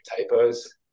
typos